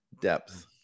depth